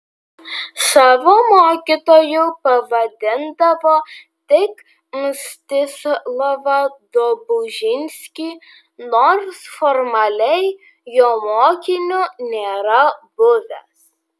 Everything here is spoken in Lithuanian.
savo mokytoju pavadindavo tik mstislavą dobužinskį nors formaliai jo mokiniu nėra buvęs